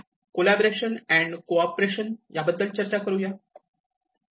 collaboration and cooperation याबद्दल चर्चा करूया